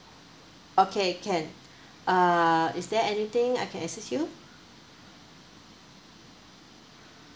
okay can err is there anything I can assist you